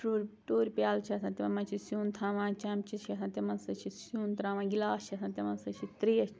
ٹُر ٹوٗرٕ پیٛالہٕ چھِ آسان تِمَن مَنٛز چھِ سیُن تھاوان چَمچہٕ چھِ آسان تِمَن سۭتۍ چھِ سیُن ترٛاوان گِلاس چھِ آسان تِمَن سۭتۍ چھِ ترٛیش